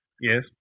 Yes